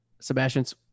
Sebastian's